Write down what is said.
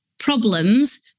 problems